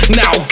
now